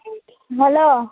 hello